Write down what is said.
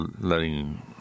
letting